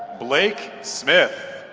blake smith.